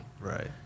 right